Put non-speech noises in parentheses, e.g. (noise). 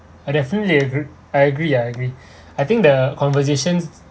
I definitely agree I agree ah I agree (breath) I think the conversations